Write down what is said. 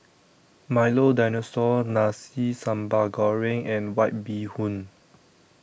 Milo Dinosaur Nasi Sambal Goreng and White Bee Hoon